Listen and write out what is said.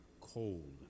cold